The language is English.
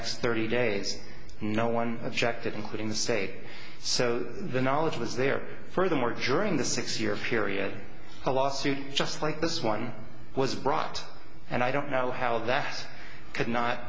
next thirty days no one objected including the state so the knowledge was there furthermore joining the six year period a lawsuit just like this one was brought and i don't know how that could not